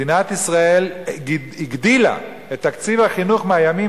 מדינת ישראל הגדילה את תקציב החינוך מהימים